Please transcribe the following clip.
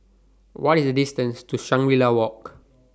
What IS The distance to Shangri La Walk